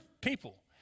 people